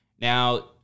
Now